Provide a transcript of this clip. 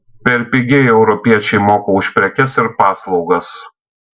per pigiai europiečiai moka už prekes ir paslaugas